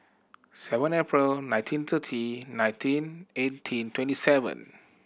seven April nineteen thirty nineteen eighteen twenty seven